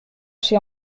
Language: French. chez